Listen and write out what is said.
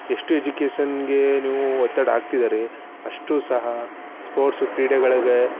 ಎಷ್ಟು ಎಜುಕೇಷನಿಗೆ ನೀವು ಒತ್ತಡ ಹಾಕ್ತಿದ್ದಾರೆ ಅಷ್ಟು ಸಹ ಸ್ಪೋರ್ಟ್ಸು ಕ್ರೀಡೆಗಳಿಗೆ